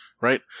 Right